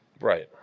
Right